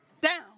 Down